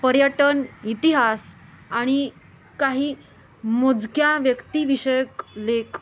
पर्यटन इतिहास आणि काही मोजक्या व्यक्तीविषयक लेख